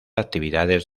actividades